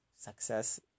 Success